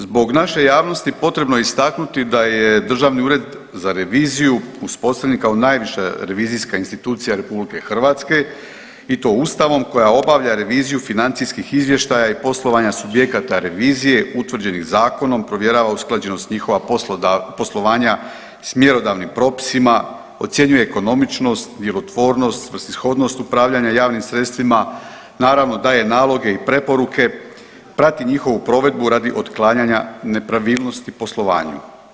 Zbog naše javnosti potrebno je istaknuti da je državni ured za reviziju uspostavljen kao najviša revizijska institucija RH i to ustavom koja obavlja reviziju financijskih izvještaja i poslovanja subjekata revizije utvrđenih zakonom, provjerava usklađenost njihova poslovanja s mjerodavnim propisima, ocjenjuje ekonomičnost, djelotvornost, svrsishodnost upravljanja javnim sredstvima, naravno daje naloge i preporuke, prati njihovu provedbu radi otklanjanja nepravilnosti u poslovanju.